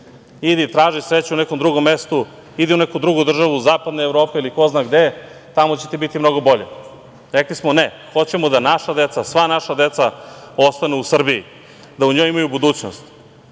idi traži sreću u nekom drugom mestu, idi u neku drugu državu zapadne Evrope ili ko zna gde, tamo će ti biti mnogo bolje. Rekli smo – ne, hoćemo da naša deca, sva naša deca ostanu u Srbiji da u njoj imaju budućnost,